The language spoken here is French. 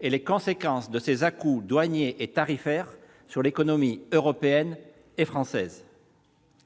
et les conséquences de ses à-coups douaniers et tarifaires sur l'économie européenne et française ?